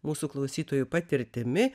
mūsų klausytojų patirtimi